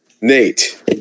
Nate